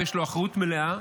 ויש לו אחריות מלאה